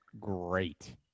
great